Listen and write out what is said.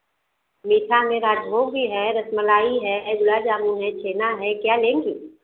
मीठा में राजभोज भी है रसमलाई है गुलाब जामुन है छेना है क्या लेंगी